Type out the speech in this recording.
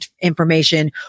information